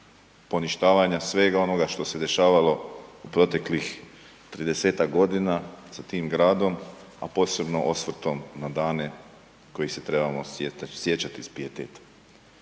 poništavanja svega onoga što se dešavalo u proteklih 30-tak godina sa tim gradom, a posebno osvrtom na dane kojih se trebamo sjećati s pijetetom